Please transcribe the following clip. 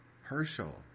Herschel